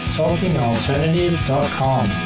talkingalternative.com